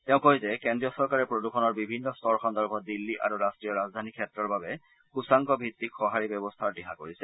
তেওঁ কয় যে কেন্দ্ৰীয় চৰকাৰে প্ৰদূষণৰ বিভিন্ন স্তৰ সন্দৰ্ভত দিল্লী আৰু ৰাষ্ট্ৰীয় ৰাজধানী ক্ষেত্ৰৰ বাবে সূচ্যাংক ভিত্তিক সঁহাৰি ব্যৱস্থাৰ দিহা কৰিছে